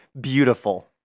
beautiful